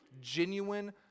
genuine